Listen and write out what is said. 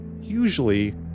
usually